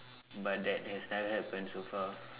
but that has never happened so far